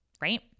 right